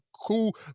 cool